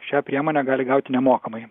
šią priemonę gali gauti nemokamai